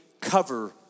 cover